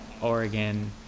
Oregon